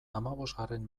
hamabosgarren